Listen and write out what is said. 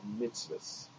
mitzvahs